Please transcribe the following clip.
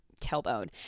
tailbone